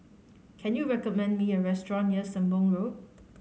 can you recommend me a restaurant near Sembong Road